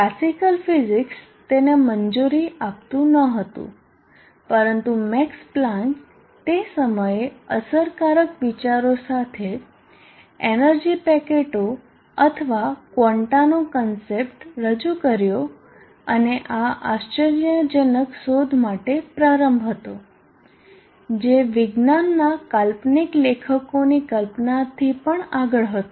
classical physics તેને મંજૂરી આપતું ન હતું પરંતુ મેક્સ પ્લાન્ક તે સમયે અસરકારક વિચારો સાથે એનર્જી પેકેટો અથવા ક્વોન્ટાનો કન્સેપટ રજૂ કર્યો અને આ આશ્ચર્યજનક શોધ માટે પ્રારંભ હતો જે વિજ્ઞાનના કાલ્પનિક લેખકોની કલ્પનાથી પણ આગળ હતો